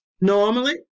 Normally